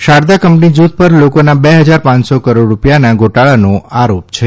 Sharda company જૂથ પર લોકોના બે હજાર પાંચસો કરોડ રૂપિયાના ગોટાળાનો આરોપ છે